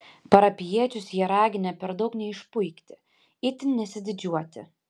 parapijiečius jie raginę per daug neišpuikti itin nesididžiuoti